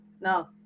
No